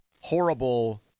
horrible